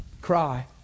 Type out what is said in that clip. cry